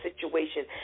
situation